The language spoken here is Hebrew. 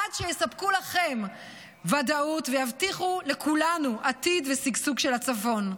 עד שיספקו לכם ודאות ויבטיחו לכולנו עתיד ושגשוג של הצפון.